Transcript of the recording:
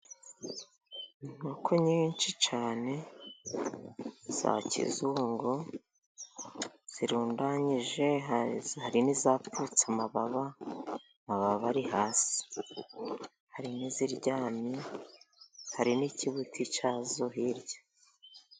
Inkoko nyinshi cyane za kizungungu zirundanyije, hari n'izapfutse amababa ari hasi, hari n'iziryamye hari n'ikibuti cyazo hirya.